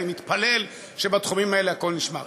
אני מתפלל שבתחומים האלה הכול נשמר.